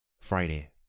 Friday